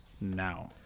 now